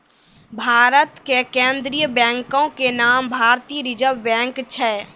भारत के केन्द्रीय बैंको के नाम भारतीय रिजर्व बैंक छै